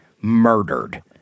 murdered